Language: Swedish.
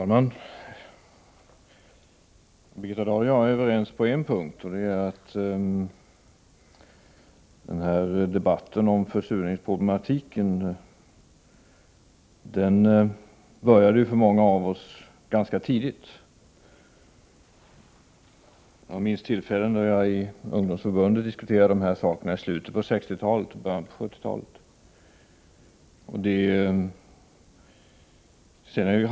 Fru talman! Birgitta Dahl och jag är överens om en sak, och det är att debatten om försurningsproblematiken började för många av oss ganska tidigt. Jag minns tillfällen då jag i Centerns ungdomsförbund diskuterade dessa frågor i slutet av 60-talet och i början på 70-talet.